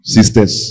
Sisters